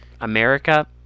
america